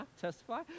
testify